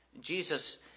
Jesus